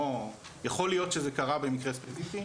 יכול להיות שזה קרה במקרה ספציפי,